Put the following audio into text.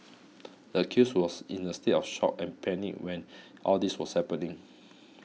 the accused was in a state of shock and panic when all this was happening